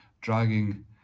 dragging